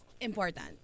important